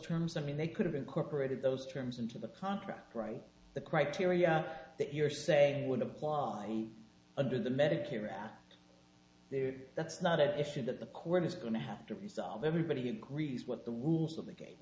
terms i mean they could have incorporated those terms into the contract right the criteria that you're say would apply under the medicare there that's not at issue that the court is going to have to resolve everybody agrees with the rules of the game